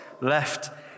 left